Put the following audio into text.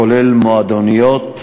הכולל מועדוניות,